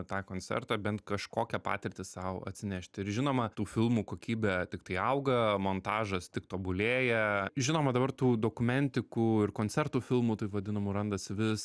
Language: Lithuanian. tą koncertą bent kažkokią patirtį sau atsinešti ir žinoma tų filmų kokybė tiktai auga montažas tik tobulėja žinoma dabar tų dokumentikų ir koncertų filmų taip vadinamų randasi vis